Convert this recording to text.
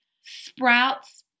Sprouts